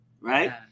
right